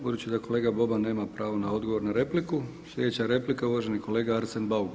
Budući da kolega Boban nema pravo na odgovor na repliku, sljedeća replika uvaženi kolega Arsen Bauk.